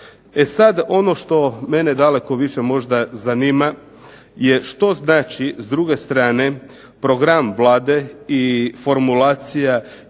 E sad, ono što mene daleko više možda zanima je što znači, s druge strane, program Vlade i formulacija "izlazna